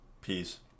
Peace